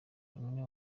umwe